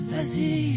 Vas-y